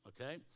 okay